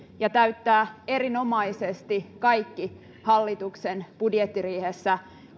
ja täyttää erinomaisesti kaikki hallituksen budjettiriihessä